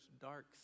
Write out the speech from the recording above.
dark